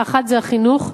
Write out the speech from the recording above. האחת זה החינוך,